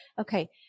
Okay